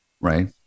right